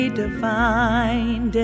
divine